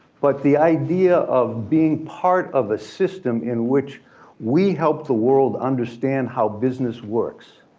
but the idea of being part of a system in which we help the world understand how business works